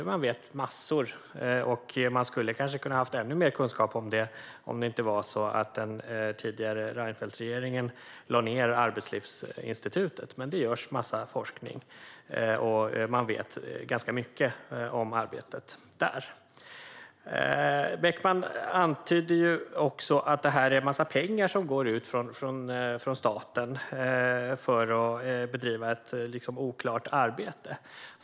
I själva verket vet man massor, och man skulle kanske ha kunnat ha ännu mer kunskap om detta om inte den tidigare Reinfeldtregeringen hade lagt ned Arbetslivsinstitutet. Det görs dock en massa forskning, och man vet ganska mycket om arbetet där. Beckman antydde också att det handlar om en massa pengar som går ut från staten för att bedriva ett oklart arbete.